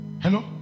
Hello